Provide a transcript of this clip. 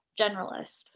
generalist